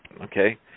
okay